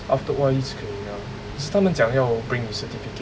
after O_R_D 就可以了他们讲要 bring your certificate